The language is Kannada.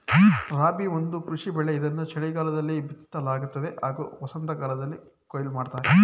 ರಾಬಿ ಒಂದು ಕೃಷಿ ಬೆಳೆ ಇದನ್ನು ಚಳಿಗಾಲದಲ್ಲಿ ಬಿತ್ತಲಾಗ್ತದೆ ಹಾಗೂ ವಸಂತಕಾಲ್ದಲ್ಲಿ ಕೊಯ್ಲು ಮಾಡ್ತರೆ